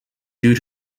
due